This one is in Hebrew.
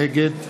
נגד